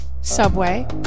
Subway